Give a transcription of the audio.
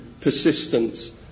persistence